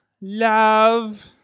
Love